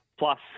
plus